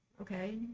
okay